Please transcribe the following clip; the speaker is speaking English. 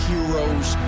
Heroes